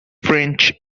french